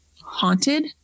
haunted